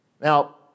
Now